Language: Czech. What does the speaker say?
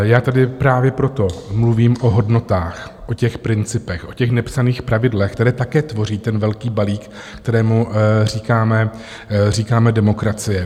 Já tady právě proto mluvím o hodnotách, o těch principech, o těch nepsaných pravidlech, které také tvoří ten velký balík, kterému říkáme demokracie.